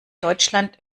deutschland